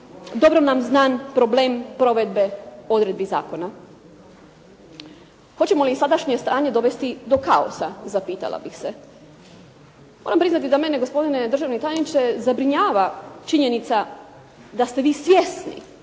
dobro nam znan problem provedbe odredbi zakona? Hoćemo li sadašnje stanje dovesti do kaosa, zapitala bih se. Moram priznati da mene gospodine državni tajniče zabrinjava činjenica da ste vi svjesni